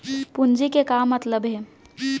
पूंजी के का मतलब हे?